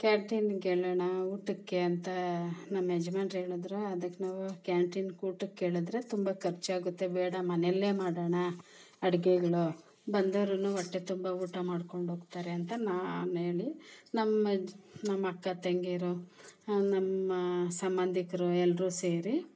ಕ್ಯಾಂಟೀನ್ಗೆ ಹೇಳಣ ಊಟಕ್ಕೆ ಅಂತ ನಮ್ಮ ಯಜ್ಮಾನ್ರು ಹೇಳದ್ರೂ ಅದಕ್ಕೆ ನಾವು ಕ್ಯಾಂಟೀನ್ಗೆ ಊಟಕ್ಕೇಳಿದ್ರೆ ತುಂಬ ಖರ್ಚಾಗುತ್ತೆ ಬೇಡ ಮನೆಯಲ್ಲೇ ಮಾಡೋಣ ಅಡ್ಗೆಗಳು ಬಂದವ್ರು ಹೊಟ್ಟೆ ತುಂಬ ಊಟ ಮಾಡಿಕೊಂಡೋಗ್ತಾರೆ ಅಂತ ನಾನೇಳಿ ನಮ್ಮೆಜ ನಮ್ಮ ಅಕ್ಕ ತಂಗೀರು ನಮ್ಮ ಸಂಬಂಧಿಕ್ರು ಎಲ್ಲರೂ ಸೇರಿ